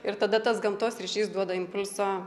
ir tada tas gamtos ryšys duoda impulsą